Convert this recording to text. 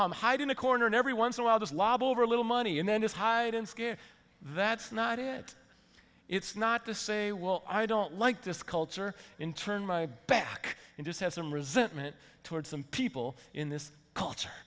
know hide in a corner and every once in awhile just lob over a little money and then just hide in scale that's not it it's not to say well i don't like this culture in turn my back and just have some resentment toward some people in this culture